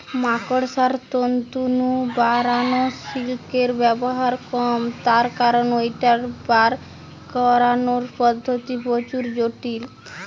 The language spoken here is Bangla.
মাকড়সার তন্তু নু বারানা সিল্কের ব্যবহার কম তার কারণ ঐটার বার করানার পদ্ধতি প্রচুর জটিল